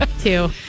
two